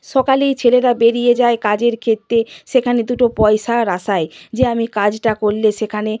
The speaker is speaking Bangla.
সকালেই ছেলেরা বেরিয়ে যায় কাজের ক্ষেত্রে সেখানে দুটো পয়সার আশায় যে আমি কাজটা করলে সেখানে